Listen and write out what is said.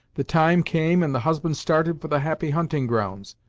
the time came and the husband started for the happy hunting grounds,